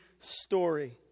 story